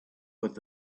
with